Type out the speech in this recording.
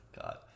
God